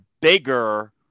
bigger